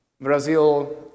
Brazil